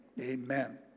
amen